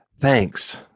Thanks